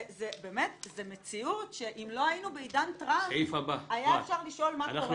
זו מציאות שאם לא היינו בעידן טראמפ אפשר היה לשאול מה קורה.